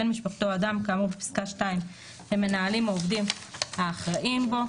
בן משפחתו או אדם כאמור בפסקה (2) הם מנהלים או עובדים אחראים בו.